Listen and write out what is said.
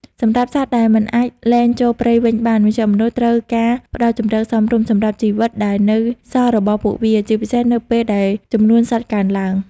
សម្រាប់សត្វដែលមិនអាចលែងចូលព្រៃវិញបាន មជ្ឈមណ្ឌលត្រូវការផ្តល់ជម្រកសមរម្យសម្រាប់ជីវិតដែលនៅសល់របស់ពួកវា ជាពិសេសនៅពេលដែលចំនួនសត្វកើនឡើង។